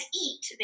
eat